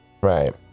Right